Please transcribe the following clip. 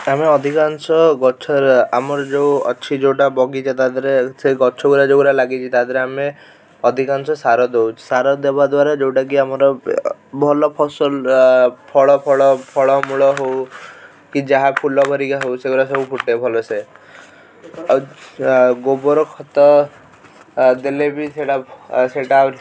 ଆମେ ଅଧିକାଂଶ ଗଛ ଆମର ଯେଉଁ ଅଛି ଯେଉଁଟା ବଗିଚା ତା ଦେହରେ ସେ ଗଛ ଗୁରା ଯେଉଁଗୁରା ଲାଗିଛି ତା ଦେହରେ ଆମେ ଅଧିକାଂଶ ସାର ଦଉ ସାର ଦେବା ଦ୍ଵାରା ଯେଉଁଟା କି ଆମର ଭଲ ଫସଲ ଫଳ ଫଳ ଫଳ ମୂଳ ହଉ କି ଯାହା ଫୁଲ ହେରିକା ହଉ ସେଗୁରା ସବୁ ଫୁଟେ ଭଲସେ ଆଉ ଗୋବର ଖତ ଦେଲେ ବି ସେଇଟା ସେଇଟା